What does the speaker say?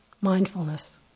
Mindfulness